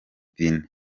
bine